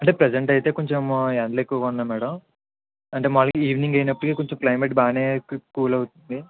అంటే ప్రెజంట్ అయితే కొంచం ఎండలు ఎక్కువగా ఉన్నాయి మ్యాడమ్ అంటే మళ్ళీ ఈవినింగ్ అయినప్పటికీ కొంచెం క్లైమేట్ బాగానే కూల్ అవుతుంది